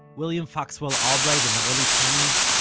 william foxwell albright in the early twenties,